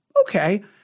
Okay